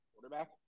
quarterback